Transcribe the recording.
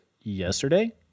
Yesterday